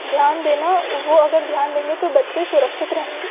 ध्यान देना वो अगर ध्यान देंगे तो बच्चे सुरक्षित रहेंगे